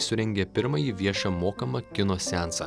surengė pirmąjį viešą mokamą kino seansą